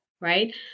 right